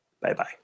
Bye-bye